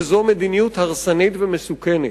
וזאת מדיניות הרסנית ומסוכנת.